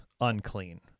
unclean